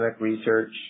research